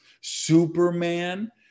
Superman